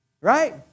right